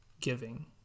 giving